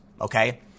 Okay